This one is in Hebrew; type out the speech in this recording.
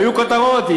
היו כותרות,